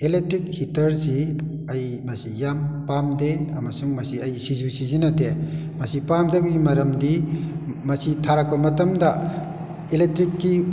electric ꯍꯤꯇꯔꯁꯤ ꯑꯩ ꯃꯁꯤ ꯌꯥꯝ ꯄꯥꯝꯗꯦ ꯑꯃꯁꯨꯡ ꯃꯁꯤ ꯑꯩ ꯁꯤꯁꯨ ꯁꯤꯖꯤꯟꯅꯗꯦ ꯃꯁꯤ ꯄꯥꯝꯗꯕꯒꯤ ꯃꯔꯝꯗꯤ ꯃꯁꯤ ꯊꯥꯔꯛꯄ ꯃꯇꯝꯗ ꯏꯂꯦꯛꯇ꯭ꯔꯤꯛꯀꯤ